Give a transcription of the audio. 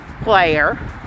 player